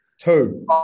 two